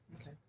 Okay